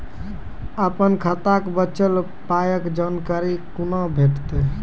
अपन खाताक बचल पायक जानकारी कूना भेटतै?